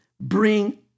bring